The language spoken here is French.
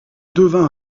devint